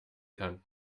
kann